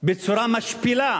בצורה משפילה